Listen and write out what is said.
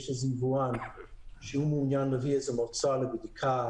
יש יבואן שמעוניין להביא מוצר לבדיקה,